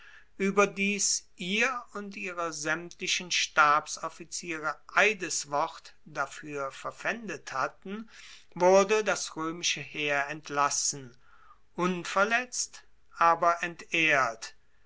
ueberdies ihr und ihrer saemtlichen stabsoffiziere eideswort dafuer verpfaendet hatten wurde das roemische heer entlassen unverletzt aber entehrt